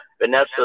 Vanessa